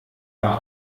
war